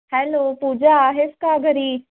hello Pooja आहेस का घरी